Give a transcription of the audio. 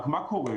רק מה קורה?